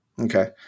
Okay